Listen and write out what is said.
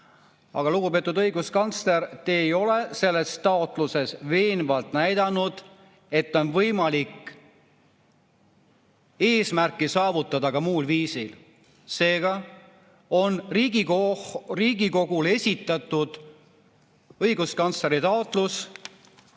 Lugupeetud õiguskantsler! Te ei ole selles taotluses veenvalt näidanud, [miks ei ole] võimalik eesmärki saavutada ka muul viisil. Seega on Riigikogule esitatud õiguskantsleri taotlus